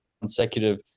consecutive